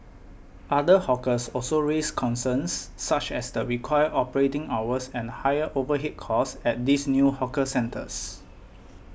other hawkers also raised concerns such as the required operating hours and higher overhead costs at these new hawker centres